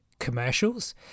commercials